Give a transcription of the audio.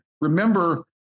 Remember